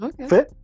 Okay